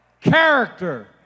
Character